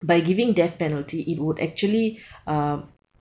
by giving death penalty it would actually um